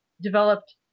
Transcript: developed